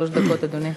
שלוש דקות, אדוני.